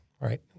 right